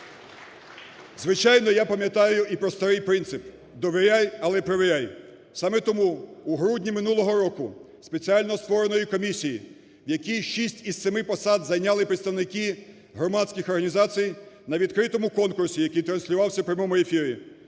Звичайно, я пам'ятаю і про старий принцип "довіряй, але перевіряй". Саме тому у грудні минулого року у спеціально створеної комісії, в якій шість із семи посад зайняли представники громадських організацій на відкритому конкурсі, який транслювався в прямому ефірі,